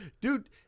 Dude